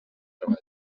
treball